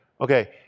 Okay